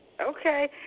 Okay